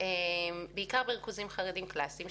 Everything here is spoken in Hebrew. בעיקר בריכוזים חרדיים קלסיים,